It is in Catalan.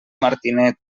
martinet